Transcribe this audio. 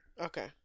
Okay